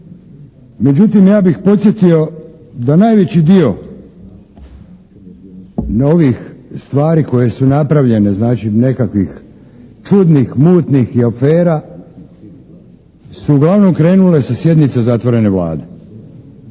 Međutim ja bih podsjetio da najveći dio novih stvari koje su napravljene, znači nekakvih čudnih i mutnih afera, su uglavnom krenule sa sjednice zatvorene Vlade.